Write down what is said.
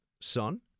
son